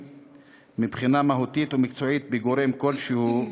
מבחינה מהותית או מקצועית בגורם כלשהו.